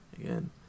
again